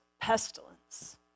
pestilence